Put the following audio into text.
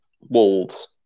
Wolves